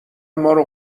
مارو